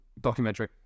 Documentary